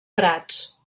prats